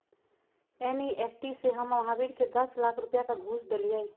NEFT से हम महावीर के दस लाख रुपए का घुस देलीअई